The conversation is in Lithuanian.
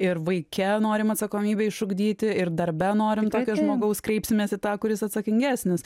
ir vaike norim atsakomybę išugdyti ir darbe norim tokio žmogaus kreipsimės į tą kuris atsakingesnis